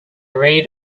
read